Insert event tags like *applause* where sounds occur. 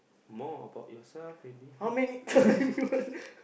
more about yourself maybe *laughs*